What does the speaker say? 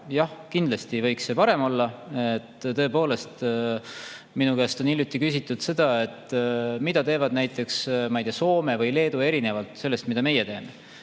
Jah, kindlasti võiks parem olla. Tõepoolest, minu käest on hiljuti küsitud, mida teevad näiteks Soome ja Leedu erinevat sellest, mida meie teeme.